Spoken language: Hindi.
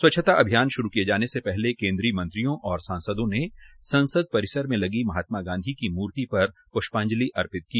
स्वच्छता अभियान शुरू किए जाने से पहले केन्द्रीय मंत्रियों व सांसदों ने संसद परिसर में लगी महात्मा गांधी की मूर्ति पर पूष्पांजलि अर्पित की